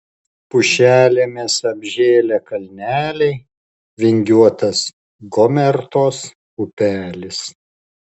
pušelėmis apžėlę kalneliai vingiuotas gomertos upelis